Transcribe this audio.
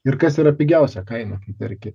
ir kas yra pigiausia kaina perki